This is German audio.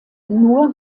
nur